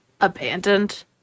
abandoned